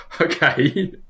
Okay